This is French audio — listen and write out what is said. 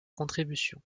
contribution